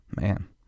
man